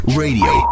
radio